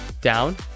down